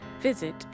visit